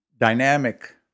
dynamic